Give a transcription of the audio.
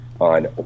on